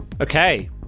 Okay